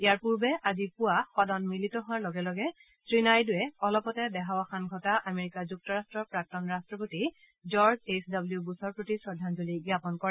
ইয়াৰ পূৰ্বে আজি পুৱা সদন মিলিত হোৱাৰ লগে লগে শ্ৰী নাইডুৱে অলপতে দেহাৱসান ঘটা আমেৰিকা যুক্তৰাট্টৰ প্ৰাক্তন ৰাষ্ট্ৰপতি জৰ্জ এইচ ডব্লিউ বুশ্বৰ প্ৰতি শ্ৰদ্ধাঞ্জলি জ্ঞাপন কৰে